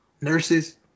nurses